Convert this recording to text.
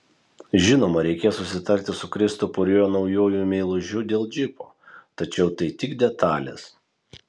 žinoma reikės susitarti su kristupu ir jo naujuoju meilužiu dėl džipo tačiau tai tik detalės